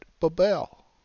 Babel